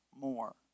more